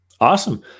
Awesome